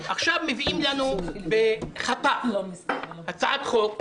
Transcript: עכשיו מביאים לנו בחטף הצעת חוק מג'ורית,